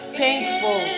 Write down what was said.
painful